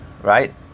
right